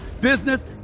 business